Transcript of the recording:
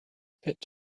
pit